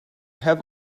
have